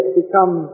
become